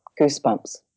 Goosebumps